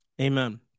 Amen